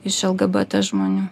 iš lgbt žmonių